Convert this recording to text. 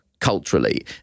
culturally